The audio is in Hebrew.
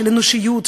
של אנושיות,